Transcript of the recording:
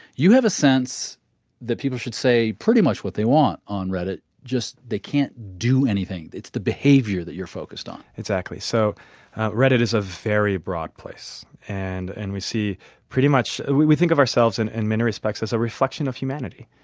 you have a sense that people should say pretty much what they want on reddit, just they can't do anything. it's the behavior that you're focused on exactly. so reddit is a very broad place and and we see pretty much we we think of ourselves in and many respects as a reflection of humanity.